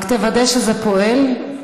רק תוודא שזה פועל.